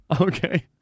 Okay